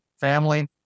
family